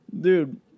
Dude